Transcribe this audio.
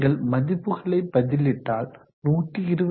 நீங்கள் மதிப்புகளை பதிலிட்டால் 127